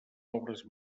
obres